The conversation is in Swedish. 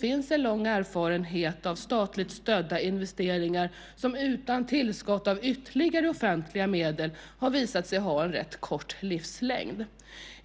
finns en lång erfarenhet av statligt stödda investeringar, som utan tillskott av ytterligare offentliga medel har visat sig ha rätt kort livslängd.